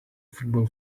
football